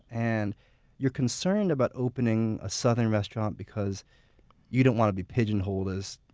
and you're concerned about opening a southern restaurant because you don't want to be pigeonholed as,